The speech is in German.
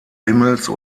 himmels